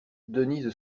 denise